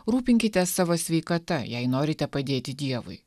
rūpinkitės savo sveikata jei norite padėti dievui